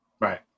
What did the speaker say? Right